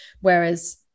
whereas